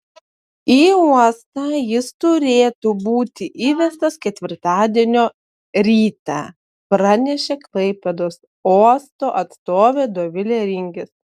į uostą jis turėtų būti įvestas ketvirtadienio rytą pranešė klaipėdos uosto atstovė dovilė ringis